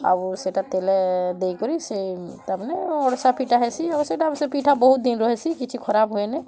ଆଉ ସେଟା ତେଲ ଦେଇକରି ସେ ତା' ପରେ ଅଡ଼୍ସା ପିଠା ହେସି ଆଉ ସବୁ ଅଡ଼୍ସା ପିଠା ବହୁତ୍ ଦିନ୍ ରହେସି କିଛି ଖରାପ୍ ହୁଏନି